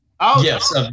Yes